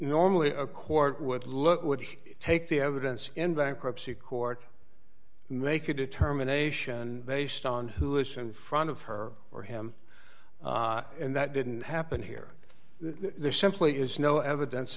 normally a court would look would take the evidence in bankruptcy court make a determination based on who is in front of her or him and that didn't happen here there simply is no evidence